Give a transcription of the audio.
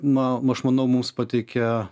na aš manau mums pateikia